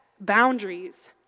boundaries